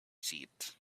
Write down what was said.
seeds